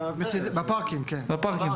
רואים בפארקים.